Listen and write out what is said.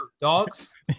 dogs